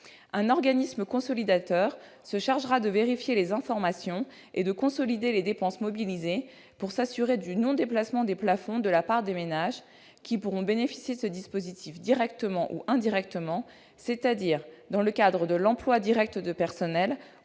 Un organisme consolidateur se chargera de vérifier les informations et de consolider les dépenses mobilisées pour s'assurer du non-dépassement des plafonds de la part des ménages, qui pourront bénéficier de ce dispositif directement ou indirectement, c'est-à-dire dans le cadre de l'emploi direct de personnel ou